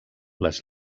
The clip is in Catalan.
les